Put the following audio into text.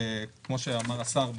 כמו שאמר השר,